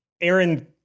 Aaron